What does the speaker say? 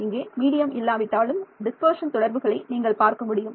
இங்கே மீடியம் இல்லாவிட்டாலும் டிஸ்பர்ஷன் தொடர்புகளை நீங்கள் பார்க்க முடியும்